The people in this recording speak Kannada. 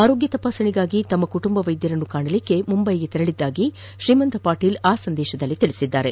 ಆರೋಗ್ಯ ತಪಾಸಣೆಗಾಗಿ ತಮ್ಮ ಕುಟುಂಬ ವೈದ್ಯರನ್ನು ಕಾಣಲು ಮುಂಬೈಗೆ ತೆರಳಿದ್ದಾಗಿ ಶ್ರೀಮಂತ್ ಪಾಟೀಲ್ ಆ ಸಂದೇಶದಲ್ಲಿ ತಿಳಿಸಿದ್ದಾರೆ